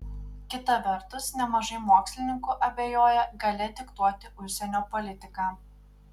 kita vertus nemažai mokslininkų abejoja galia diktuoti užsienio politiką